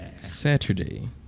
saturday